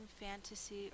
fantasy